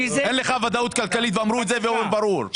אין לך ודאות כלכלית ואמרו את זה מאוד ברור,